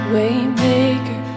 Waymaker